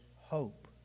hope